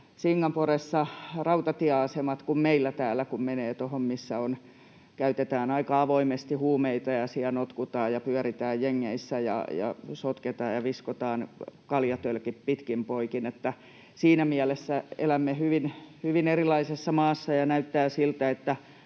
Singaporessa rautatieasemat siltä kuin meillä täällä, kun menee tuohon, missä käytetään aika avoimesti huumeita ja notkutaan ja pyöritään jengeissä ja sotketaan ja viskotaan kaljatölkit pitkin poikin. Siinä mielessä elämme hyvin erilaisessa maassa, ja näyttää siltä, että